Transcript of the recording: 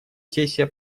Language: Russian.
сессия